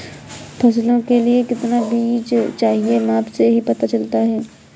फसलों के लिए कितना बीज चाहिए माप से ही पता चलता है